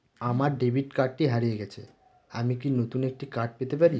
আমার ডেবিট কার্ডটি হারিয়ে গেছে আমি কি নতুন একটি কার্ড পেতে পারি?